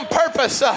purpose